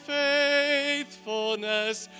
faithfulness